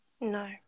No